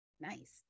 Nice